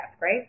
right